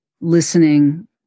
listening